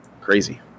Crazy